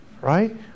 right